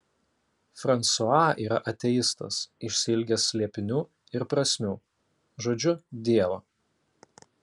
fransua yra ateistas išsiilgęs slėpinių ir prasmių žodžiu dievo